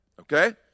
okay